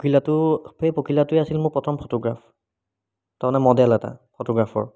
পখিলাটো সেই পখিলাটোৱে আছিল মোৰ প্ৰথম ফটোগ্ৰাফ তাৰমানে মডেল এটা ফটোগ্ৰাফৰ